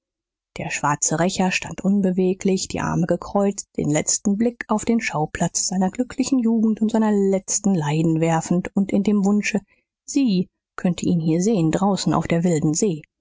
der schwarze rächer stand unbeweglich die arme gekreuzt den letzten blick auf den schauplatz seiner glücklichen jugend und seiner letzten leiden werfend und in dem wunsche sie könnte ihn hier sehen draußen auf der wilden see